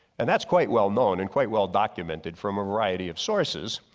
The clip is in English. and that's quite well known and quite well documented from a variety of sources.